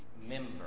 member